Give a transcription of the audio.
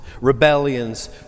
rebellions